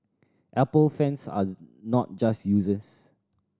Apple fans are not just users